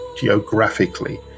geographically